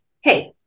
Hey